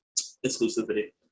Exclusivity